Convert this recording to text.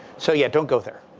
so, yeah, don't go there.